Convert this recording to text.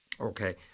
Okay